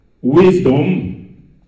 wisdom